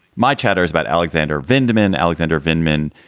my chatters about alexander vandeman alexander binmen.